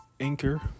Anchor